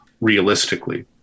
realistically